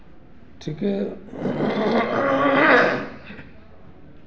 ठीके